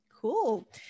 Cool